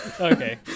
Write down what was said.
Okay